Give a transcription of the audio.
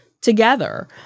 together